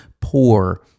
poor